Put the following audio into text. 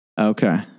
Okay